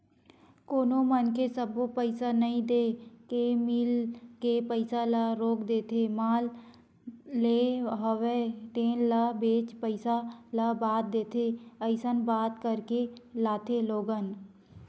कोनो मनखे सब्बो पइसा नइ देय के मील के पइसा ल रोक देथे माल लेय हवे तेन ल बेंचे पइसा ल बाद देथे अइसन बात करके लाथे लोगन